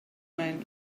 mijn